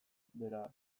beraz